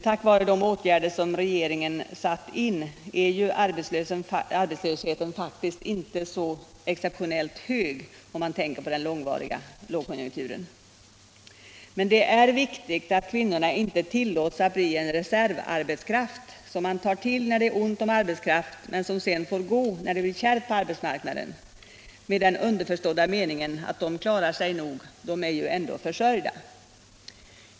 Tack vare de åtgärder som regeringen har vidtagit är dock inte arbetslösheten så exceptionellt hög, om man tänker på den långvariga lågkonjunkturen. Men det är viktigt att kvinnorna inte tillåts bli en reservarbetskraft, som man tar till när det är ont om arbetskraft men som sedan får gå när det blir kärvt på arbetsmarknaden — med den underförstådda meningen att de klarar sig nog, de är ju ändå försörjda.